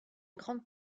grande